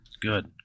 Good